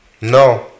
No